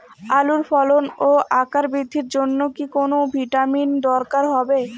আলুর ফলন ও আকার বৃদ্ধির জন্য কি কোনো ভিটামিন দরকার হবে?